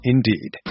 Indeed